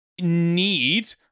need